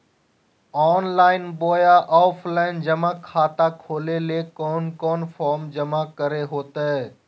Online बोया offline जमा खाता खोले ले कोन कोन फॉर्म जमा करे होते?